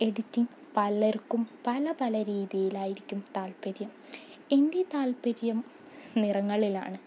എഡിറ്റിംഗ പലർക്കും പല പല രീതിയിലായിരിക്കും താൽപര്യം എൻ്റെ താല്പര്യം നിറങ്ങളിലാണ്